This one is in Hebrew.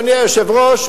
אדוני היושב-ראש,